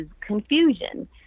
confusion